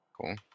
Cool